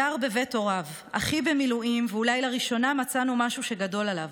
גר בבית הוריו / אחי במילואים ואולי לראשונה מצאנו משהו שגדול עליו.